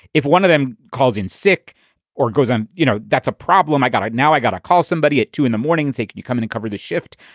if one of them calls in sick or goes on, you know, that's a problem i got right now. i got to call somebody at two zero in the morning and say, can you come in to cover the shift?